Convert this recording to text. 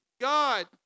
God